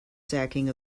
sacking